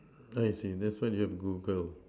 I see that's what you have Google